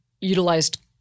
utilized